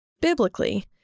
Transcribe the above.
Biblically